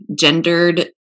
gendered